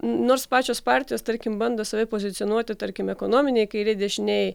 nors pačios partijos tarkim bando save pozicionuoti tarkim ekonominėj kairėj ar dešinėj